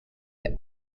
the